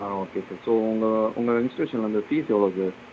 ஆ okay sir so உங்கள் உங்கள் இன்ஸ்ட்யூஷனில் வந்து பீஸ் எவ்வளோ சார்